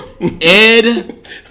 Ed